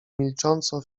milcząco